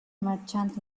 merchant